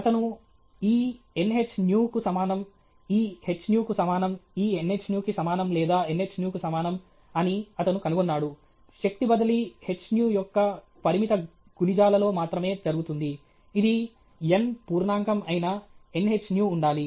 అతను e nh𝛎 కు సమానం e h𝛎 కు సమానం e nh𝛎 కి సమానం లేదా nh𝛎 కు సమానం అని అతను కనుగొన్నాడు శక్తి బదిలీ h𝛎 యొక్క పరిమిత గుణిజాలలో మాత్రమే జరుగుతుంది ఇది n పూర్ణాంకం అయిన nh𝛎 ఉండాలి